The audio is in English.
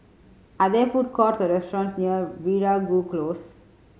are there food courts or restaurants near Veeragoo Close